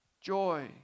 joy